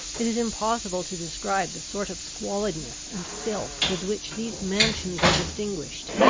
it is impossible to describe the sort of squalidness and filth with which these mansions are distinguished.